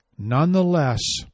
Nonetheless